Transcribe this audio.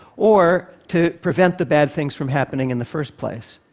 or to prevent the bad things from happening in the first place.